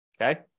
Okay